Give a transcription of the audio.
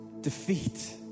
defeat